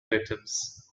victims